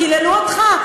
קיללו אותך?